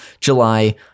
July